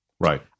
Right